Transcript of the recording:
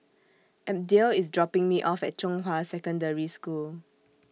Abdiel IS dropping Me off At Zhonghua Secondary School